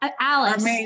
Alice